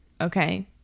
Okay